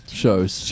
shows